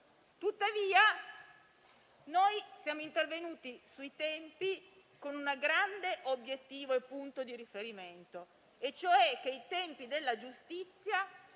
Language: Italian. Tuttavia, siamo intervenuti sui tempi con un grande obiettivo e punto di riferimento, e cioè che i tempi della giustizia